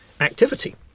activity